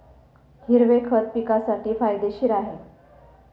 हिरवे खत पिकासाठी फायदेशीर आहे